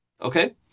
Okay